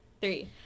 three